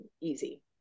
easy